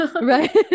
right